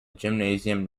gymnasium